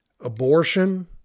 abortion